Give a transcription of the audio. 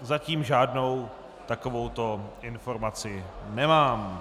Zatím žádnou takovouto informaci nemám.